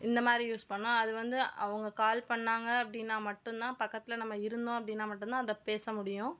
இந்தமாதிரி யூஸ் பண்ணோம் அது வந்து அவங்க கால் பண்ணாங்க அப்படின்னா மட்டும் தான் பக்கத்தில் நம்ம இருந்தோம் அப்படின்னா மட்டும் தான் அதை பேச முடியும்